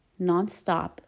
nonstop